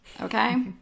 okay